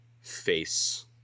face